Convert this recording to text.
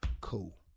Cool